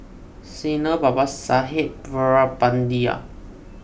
Sanal Babasaheb Veerapandiya